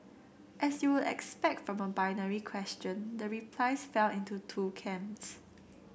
as you would expect from a binary question the replies fell into two camps